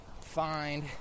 find